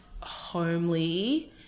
homely